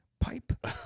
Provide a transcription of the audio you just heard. pipe